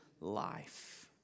life